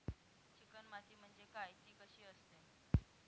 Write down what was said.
Chicken माती म्हणजे काय? ति कशी असते?